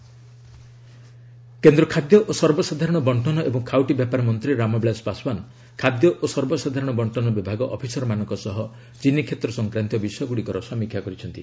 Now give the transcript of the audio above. Paswan DOFPD କେନ୍ଦ୍ର ଖାଦ୍ୟ ଓ ସର୍ବସାଧାରଣ ବଣ୍ଟନ ଏବଂ ଖାଉଟୀ ବ୍ୟାପାର ମନ୍ତ୍ରୀ ରାମବିଳାସ ପାଶ୍ୱାନ ଖାଦ୍ୟ ଓ ସର୍ବସାଧାରଣ ବଣ୍ଜନ ବିଭାଗ ଅଫିସରମାନଙ୍କ ସହ ଚିନି କ୍ଷେତ୍ର ସଂକ୍ରାନ୍ତୀୟ ବିଷୟଗୁଡ଼ିକର ସମୀକ୍ଷା କରିଛନ୍ତି